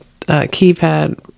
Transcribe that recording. keypad